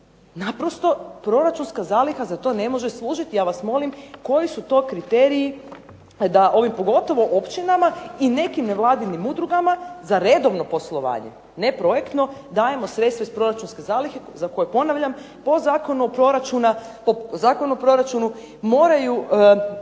Naprosto, proračunska zaliha za to ne može služiti ja vas molim koji su to kriteriji da ovim pogotovo općinama i nekim nevladinim udrugama za redovno poslovanje, ne projektno, dajemo sredstva iz proračunske zalihe, za koje, po zakonu o proračunu moraju